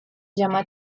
llama